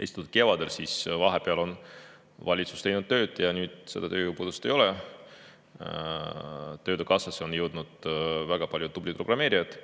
esitati kevadel, siis vahepeal on valitsus teinud tööd ja nüüd seda tööjõupuudust ei ole. Töötukassasse on jõudnud väga paljud tublisid programmeerijaid.